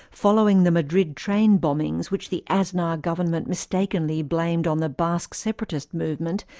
following the madrid train bombings which the aznar government mistakenly blamed on the basque separatist movement,